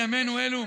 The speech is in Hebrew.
בימינו אלו.